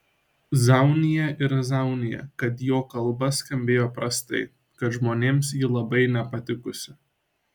zaunija ir zaunija kad jo kalba skambėjo prastai kad žmonėms ji labai nepatikusi